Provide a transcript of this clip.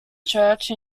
church